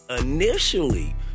initially